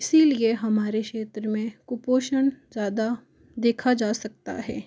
इसीलिए हमारे क्षेत्र में कुपोषण ज़्यादा देखा जा सकता है